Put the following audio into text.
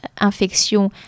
infection